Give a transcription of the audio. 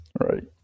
Right